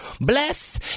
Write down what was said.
Bless